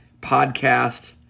podcast